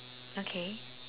okay